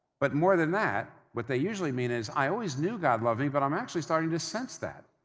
but more than that, what they usually mean is, i always knew god loved me but i'm actually starting to sense that.